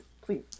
please